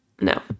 No